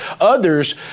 Others